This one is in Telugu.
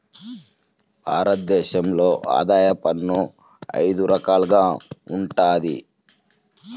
భారత దేశంలో ఆదాయ పన్ను అయిదు రకాలుగా వుంటది